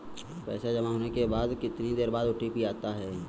पैसा जमा होने के कितनी देर बाद ओ.टी.पी आता है?